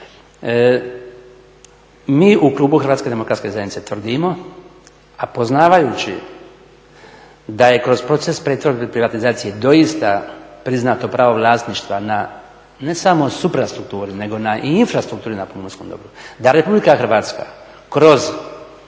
Mi u klubu HDZ-a tvrdimo, a poznavajući da je kroz proces pretvorbe privatizacije doista priznato pravo vlasništva na, ne samo na … nego i na infrastrukturi na pomorskom dobru, da RH kroz